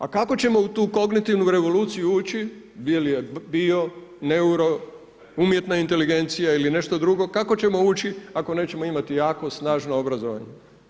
A kako ćemo u tu kognitivnu revoluciju ući, bio neuro, umjetna inteligencija ili nešto drugo, kako ćemo ući ako nećemo imati jako snažno obrazovanje?